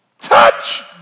touch